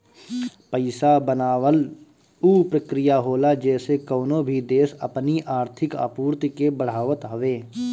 पईसा बनावल उ प्रक्रिया होला जेसे कवनो भी देस अपनी आर्थिक आपूर्ति के बढ़ावत हवे